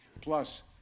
plus